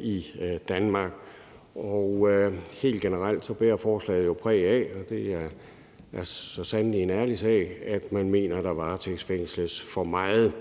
i Danmark. Helt generelt bærer forslaget jo præg af – og det er så sandelig en ærlig sag – at man mener, at der varetægtsfængsles for meget.